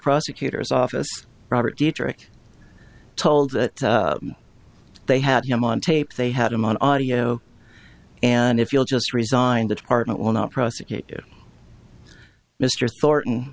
prosecutor's office robert dietrich told that they had him on tape they had him on audio and if you'll just resign the department will not prosecute mr thornton